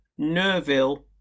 Nerville